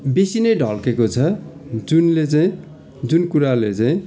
बेसी नै ढल्किएको छ जुनले चाहिँ जुन कुराले चाहिँ